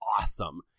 awesome